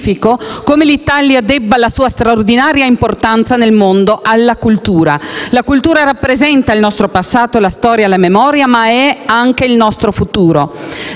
come l'Italia debba la sua straordinaria importanza nel mondo alla cultura: la cultura rappresenta il nostro passato, la storia, la memoria, ma è anche il nostro futuro.